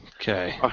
Okay